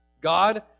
God